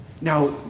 Now